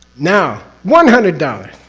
now, one hundred dollars.